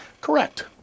correct